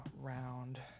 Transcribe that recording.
round